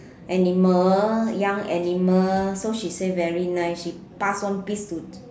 animal young animal so she say very nice she pass one piece to